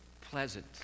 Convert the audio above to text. pleasant